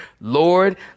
Lord